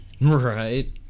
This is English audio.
Right